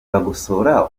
bagosora